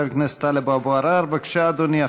חבר הכנסת טלב אבו עראר, בבקשה, אדוני.